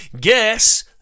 Guess